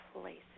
places